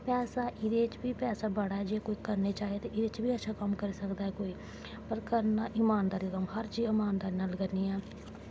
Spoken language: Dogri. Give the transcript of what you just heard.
पैसा एह्दे च बी पैसा बड़ा ऐ कोई करने च आए ते एह्दे च बी अच्छा कम्म करी सकदा ऐ कोई पर करना इमानदारी दा कम्म हर चीज इमानदारी नाल करनी ऐ